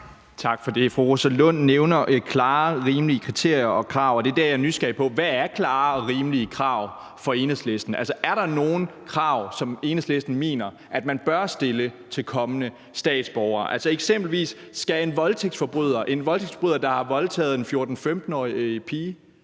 Tak for det. Fru Rosa Lund nævner klare, rimelige kriterier og krav, og det er der, jeg er nysgerrig på, hvad klare og rimelige krav er for Enhedslisten. Er der nogen krav, som Enhedslisten mener at man bør stille til kommende statsborgere? Skal eksempelvis en voldtægtsforbryder, der har voldtaget en 14-15-årig pige,